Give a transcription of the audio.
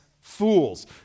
fools